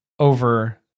over